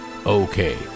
Okay